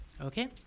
Okay